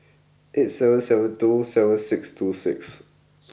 eight seven seven two seven six two six